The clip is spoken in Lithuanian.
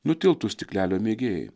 nutiltų stiklelio mėgėjai